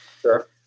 Sure